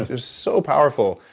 it was so powerful.